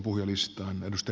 arvoisa puhemies